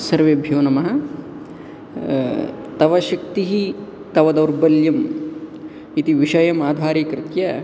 सर्वेभ्यो नमः तव शक्तिः तव दौर्बल्यं इति विषयं आधारीकृत्य